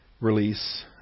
release